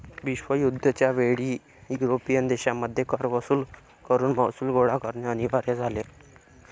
विश्वयुद्ध च्या वेळी युरोपियन देशांमध्ये कर वसूल करून महसूल गोळा करणे अनिवार्य झाले